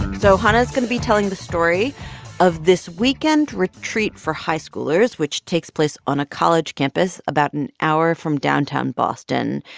so hanna's going to be telling the story of this weekend retreat for high schoolers, which takes place on a college campus about an hour from downtown boston.